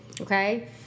okay